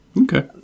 Okay